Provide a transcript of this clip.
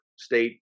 State